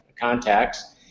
contacts